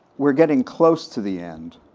we're getting close to the end,